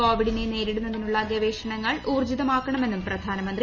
കോവിഡിനെ നേരിടുന്നതിനുള്ള ഗവേഷണങ്ങൾ ഊർജ്ജിതമാക്കണമെന്നും പ്രധാനമന്ത്രി